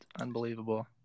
unbelievable